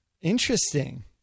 Interesting